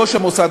ראש המוסד,